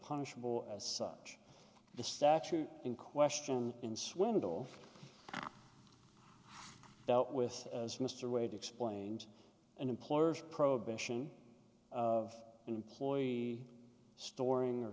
punishable as such the statute in question in swindle with as mr wade explained an employer's prohibition of employee storing or